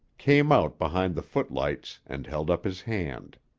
came out behind the footlights and held up his hand.